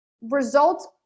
Results